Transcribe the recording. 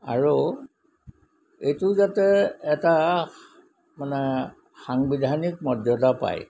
আৰু এইটো যাতে এটা মানে সাংবিধানিক মৰ্যদা পায়